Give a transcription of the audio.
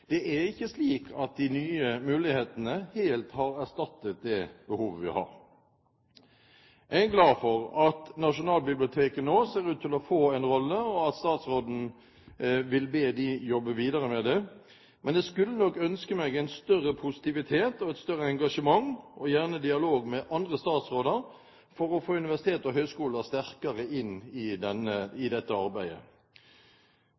Det er ikke slik at de nye mulighetene helt har erstattet det behovet vi har. Jeg er glad for at Nasjonalbiblioteket nå ser ut til å få en rolle, og at statsråden vil be dem om å jobbe videre med det. Men jeg skulle nok ønske meg en større positivitet og et større engasjement – og gjerne dialog med andre statsråder – for å få universiteter og høyskoler sterkere inn i